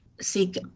seek